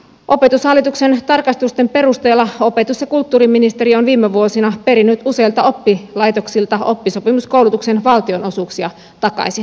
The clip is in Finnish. opetushallituksen tarkastusten perusteella opetus ja kulttuuriministeriö on viime vuosina perinyt useilta oppilaitoksilta oppisopimuskoulutuksen valtionosuuksia takaisin